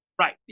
Right